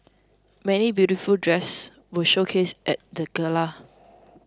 many beautiful dresses were showcased at the gala